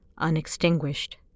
unextinguished